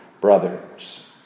brothers